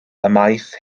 ymaith